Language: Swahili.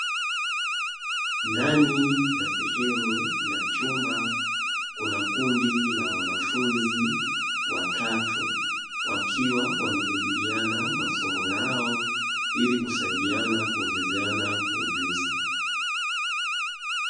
Ndani ya sehemu ya chumba kuna kundi la wanafunzi watatu wakiwa wanajadiliana masomo yao ili kusaidiana kuongezeana ujuzi.